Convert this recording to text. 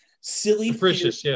silly